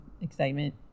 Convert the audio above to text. excitement